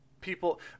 people